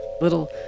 little